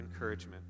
encouragement